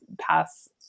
pass